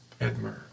Edmer